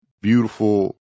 beautiful